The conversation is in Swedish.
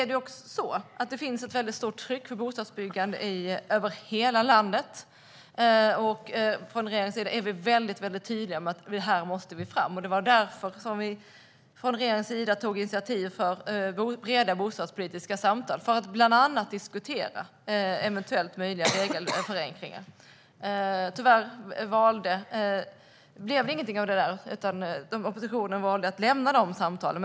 Det finns ett stort tryck för bostadsbyggande över hela landet. Regeringen är mycket tydlig med att vi måste få gå fram här. Det var därför som regeringen tog initiativ till breda bostadspolitiska samtal för att bland annat diskutera möjliga regelförenklingar. Tyvärr blev det inget därför att oppositionen valde att lämna samtalen.